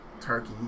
Turkey